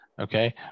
okay